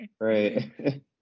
Right